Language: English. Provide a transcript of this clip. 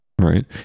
Right